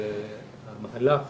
המהלך